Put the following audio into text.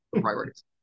priorities